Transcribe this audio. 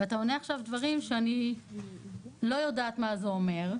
ואתה עונה עכשיו דברים שאני לא יודעת מה זה אומר.